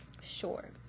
sure